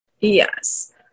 Yes